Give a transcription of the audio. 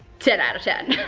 ten out of ten.